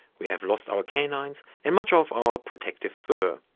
we have lost our canines and much of our protective fur,